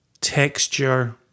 texture